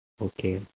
okay